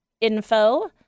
info